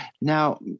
Now